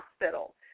hospital